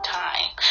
time